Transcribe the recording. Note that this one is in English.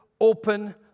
open